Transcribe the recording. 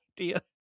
idea